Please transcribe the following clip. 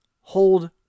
hold